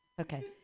okay